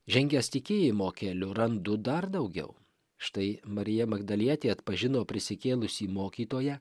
žengęs tikėjimo keliu randu dar daugiau štai marija magdalietė atpažino prisikėlusį mokytoją